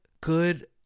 good